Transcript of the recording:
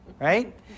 Right